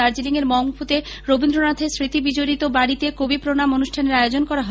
দার্জিলিং এর মংপুতে রবীন্দ্রনাথের স্মৃতি বিজড়িত বাড়িতে কবি প্রণাম অনুষ্ঠানের আয়োজন করা হয়